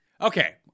Okay